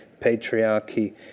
patriarchy